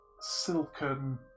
silken